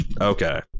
Okay